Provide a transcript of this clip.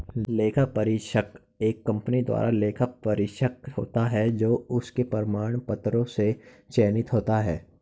लेखा परीक्षक एक कंपनी द्वारा लेखा परीक्षक होता है जो उसके प्रमाण पत्रों से चयनित होता है